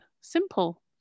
simple